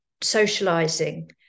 socializing